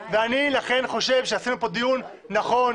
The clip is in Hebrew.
לכן אני חושב שעשינו כאן דיון נכון,